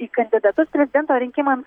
į kandidatus prezidento rinkimams